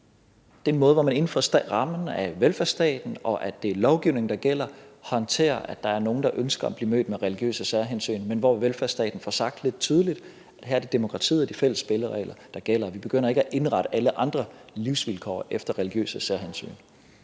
Det er en måde, som man inden for rammerne af velfærdsstaten og den lovgivning, der gælder, håndterer, at der er nogle, der ønsker at blive mødt med religiøse særhensyn, men hvor velfærdsstaten også får sagt lidt mere tydeligt: Her er det demokratiet og de fælles spilleregler, der gælder, og vi begynder ikke at indrette alle andre livsvilkår efter religiøse særhensyn.